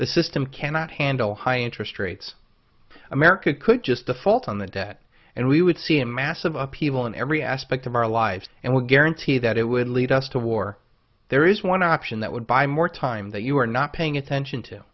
the system cannot handle high interest rates america could just default on the debt and we would see a massive upheaval in every aspect of our lives and would guarantee that it would lead us to war there is one option that would buy more time that you are not paying attention to